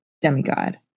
demigod